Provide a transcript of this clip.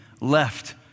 left